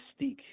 mystique